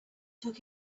took